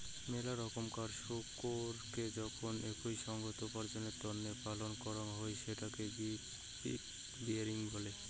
মেলা রকমকার শুকোরকে যখন একই সঙ্গত উপার্জনের তন্নে পালন করাং হই সেটকে পিগ রেয়ারিং বলে